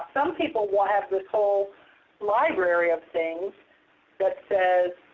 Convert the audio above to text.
some people will have this whole library of things that says,